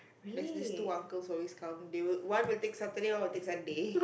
there's these two uncle who always come one will take Saturday one will take Sunday